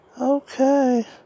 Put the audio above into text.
Okay